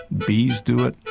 bees do it,